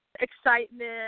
excitement